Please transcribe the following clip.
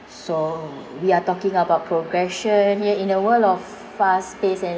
so we are talking about progression here in a world of fast pace en~